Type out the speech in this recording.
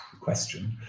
question